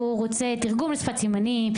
הוא רוצה תרגום לשפת סימנים,